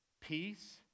peace